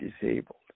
disabled